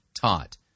taught